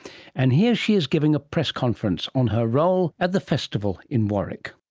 and here she is giving a press conference on her role at the festival in warwick.